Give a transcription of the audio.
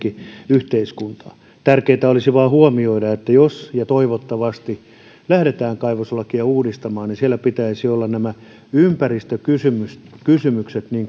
yhteiskuntaan tärkeintä olisi vaan huomioida että jos ja toivottavasti lähdetään kaivoslakia uudistamaan niin siellä pitäisi olla nämä ympäristökysymykset